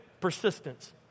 Persistence